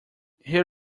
here